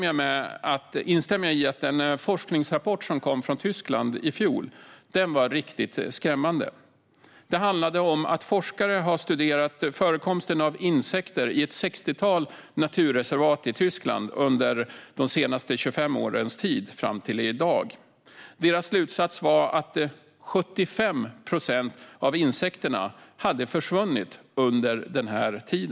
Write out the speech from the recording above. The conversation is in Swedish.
Jag instämmer i att den forskningsrapport som kom från Tyskland i fjol var riktigt skrämmande. Forskare har studerat insekter i ett sextiotal naturreservat i Tyskland under de senaste 25 åren. Deras slutsats är att 75 procent av insekterna hade försvunnit under denna tid.